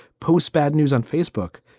post bad news on facebook.